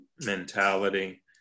mentality